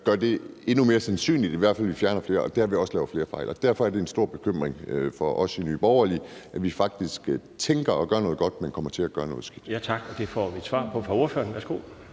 gør det endnu mere sandsynligt i hvert fald, at vi fjerner flere, og at vi derved også laver flere fejl. Derfor er det en stor bekymring for os i Nye Borgerlige, at vi faktisk tænker og gør noget godt, men kommer til at gøre noget skidt. Kl. 12:14 Den fg. formand (Bjarne